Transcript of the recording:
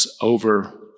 over